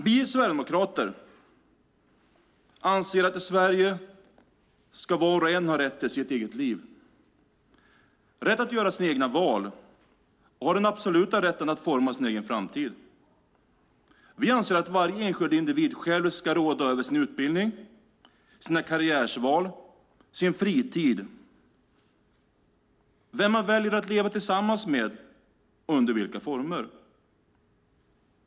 Vi sverigedemokrater anser att i Sverige ska var och en ha rätt till sitt eget liv, rätt att göra sina egna val och ha den absoluta rätten att forma sin egen framtid. Vi anser att varje enskild individ själv ska råda över sin utbildning, sina karriärval, sin fritid, vem man väljer att leva tillsammans med och under vilka former.